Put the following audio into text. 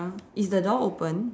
is the door open